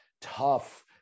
tough